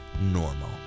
normal